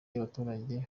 y’abaturage